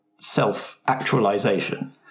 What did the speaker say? self-actualization